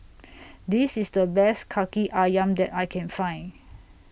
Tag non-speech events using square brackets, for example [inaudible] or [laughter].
[noise] This IS The Best Kaki Ayam that I Can Find